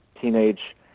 teenage